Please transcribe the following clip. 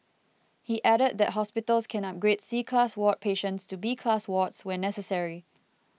he added that hospitals can upgrade C class ward patients to B class wards when necessary